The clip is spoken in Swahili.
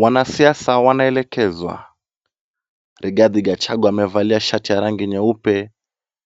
Wanasiasa wanaelekezwa. Rigathi Gachagua amevalia shati ya rangi nyeupe